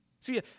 See